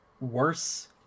worse